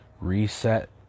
reset